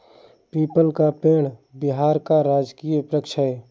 people का पेड़ बिहार का राजकीय वृक्ष है